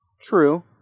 True